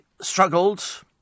struggled